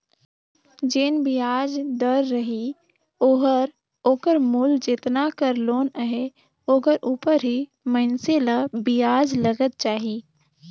जेन बियाज दर रही ओहर ओकर मूल जेतना कर लोन अहे ओकर उपर ही मइनसे ल बियाज लगत जाही